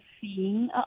seeing